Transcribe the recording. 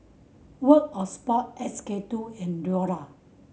World of Sport S K Two and Iora